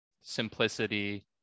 simplicity